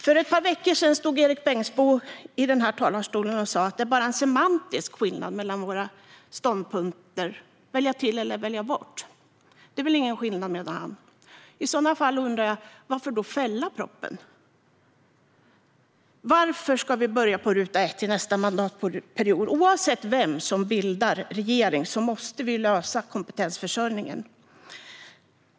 För ett par veckor sedan stod Erik Bengtzboe här i talarstolen och sa att det bara är en semantisk skillnad mellan våra ståndpunkter. Välja till eller välja bort - det är väl ingen skillnad, menade han. I sådana fall undrar jag: Varför då fälla propositionen? Varför ska vi börja på ruta ett i nästa mandatperiod? Oavsett vem som bildar regering måste vi lösa kompetensförsörjningen.